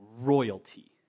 royalty